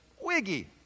wiggy